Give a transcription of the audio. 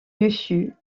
dessus